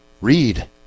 read